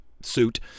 suit